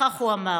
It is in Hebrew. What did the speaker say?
כך הוא אמר: